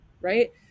right